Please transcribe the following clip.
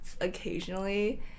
occasionally